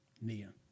Nia